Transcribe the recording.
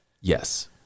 Yes